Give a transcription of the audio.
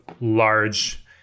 large